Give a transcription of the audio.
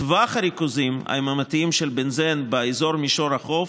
טווח הריכוזים היממתיים של בנזן באזור מישור החוף,